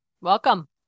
Welcome